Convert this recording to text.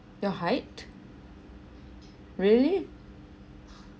your height really